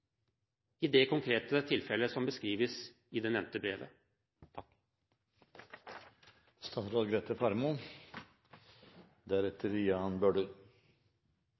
i det konkrete tilfellet som beskrives i det nevnte brevet?